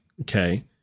Okay